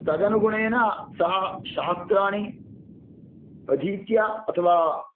तदनुगुणेन सः शास्त्राणि अधीत्य अथवा